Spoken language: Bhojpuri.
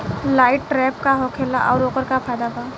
लाइट ट्रैप का होखेला आउर ओकर का फाइदा बा?